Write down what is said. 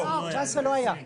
בכנסת התשע-עשרה לא היה.